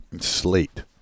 slate